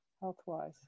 health-wise